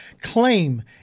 Claim